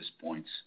points